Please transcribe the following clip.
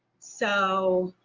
so